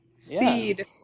Seed